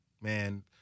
man